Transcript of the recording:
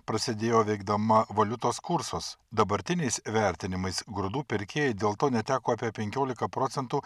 prasidėjo veikdama valiutos kursus dabartiniais vertinimais grūdų pirkėjai dėl to neteko apie penkioliką procentų